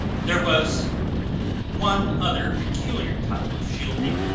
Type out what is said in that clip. there was one other peculiar type of shielding,